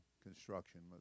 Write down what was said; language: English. construction